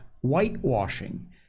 whitewashing